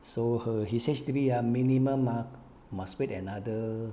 so her his H_D_B ah minimum ah must wait another